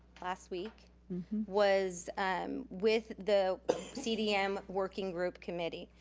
last week was with the cdm working group committee.